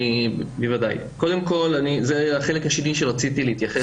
בוודאי, קודם כל זה החלק השני שרציתי להתייחס,